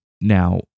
Now